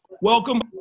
Welcome